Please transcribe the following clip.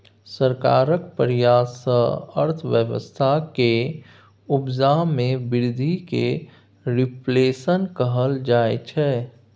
सरकारक प्रयास सँ अर्थव्यवस्था केर उपजा मे बृद्धि केँ रिफ्लेशन कहल जाइ छै